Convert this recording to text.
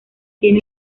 tiene